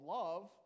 love